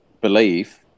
believe